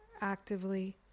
actively